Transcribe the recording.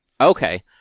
Okay